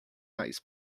eyes